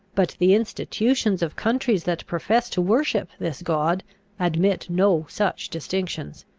but the institutions of countries that profess to worship this god admit no such distinctions.